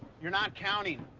you're not counting.